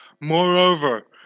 Moreover